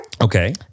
Okay